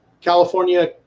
California